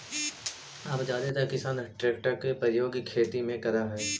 अब जादेतर किसान ट्रेक्टर के प्रयोग खेती में करऽ हई